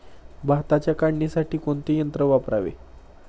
भाताच्या काढणीसाठी कोणते यंत्र वापरावे?